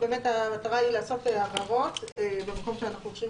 באמת המטרה היא לעשות הבהרות במקום שאנחנו חושבים